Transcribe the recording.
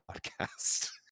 podcast